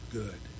good